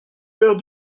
faire